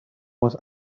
was